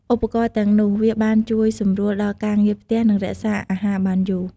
ឧបករណ៍ទាំងនោះវាបានជួយសម្រួលដល់ការងារផ្ទះ និងរក្សាអាហារបានយូរ។